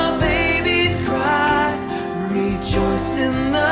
baby's cry rejoice in